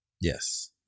Yes